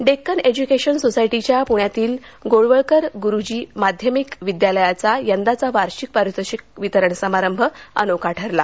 Deccan education सोसायटीच्या प्ण्यातील गोळवलकर ग्रुजी माध्यमिक विद्यालयाचा यंदाचा वार्षिक पारितोषिक वितरण समारंभ अनोखा ठरला